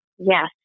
Yes